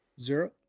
Zero